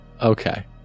Okay